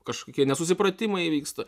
kažkokie nesusipratimai įvyksta